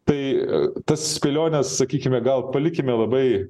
tai tas spėliones sakykime gal palikime labai